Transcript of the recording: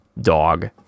dog